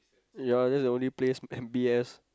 ya that's the only place in B_S